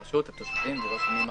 התושבים.